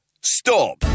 Stop